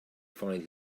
find